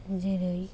जेरै